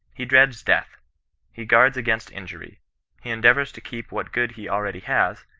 he dreads death he guards against in jury he endeavours to keep what good he already has,